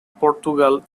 portugal